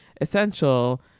essential